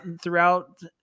throughout